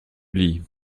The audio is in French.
lis